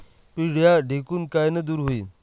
पिढ्या ढेकूण कायनं दूर होईन?